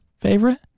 favorite